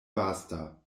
vasta